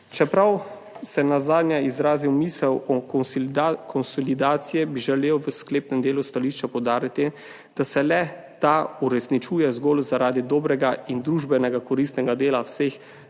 Čeprav sem nazadnje izrazil misel o konsolidaciji, bi želel v sklepnem delu stališča poudariti, da se le-ta uresničuje zgolj zaradi dobrega in družbeno koristnega dela vseh